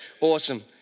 Awesome